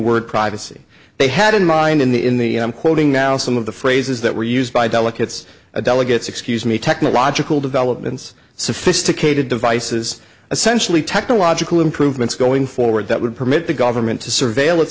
word privacy they had in mind in the in the quoting now some of the phrases that were used by delegates delegates excuse me technological developments sophisticated devices essentially technological improvements going forward that would permit the government to surveil